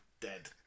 dead